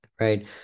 right